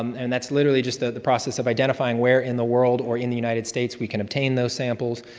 and that's literally just the process of identifying where in the world or in the united states we can obtain those samples.